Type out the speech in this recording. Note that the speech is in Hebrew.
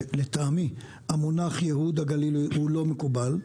שלטעמי המונח ייהוד הגליל לא מקובל.